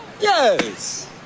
yes